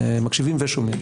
מקשיבים ושומעים,